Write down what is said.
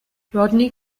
rodney